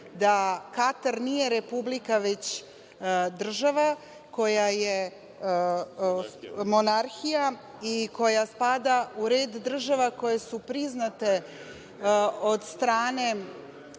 da Katar nije Republika, već država koja je monarhija i koja spada u red država koje su priznate od strane